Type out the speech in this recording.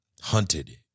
Hunted